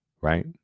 right